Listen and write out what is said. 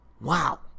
wow